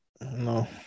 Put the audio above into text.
No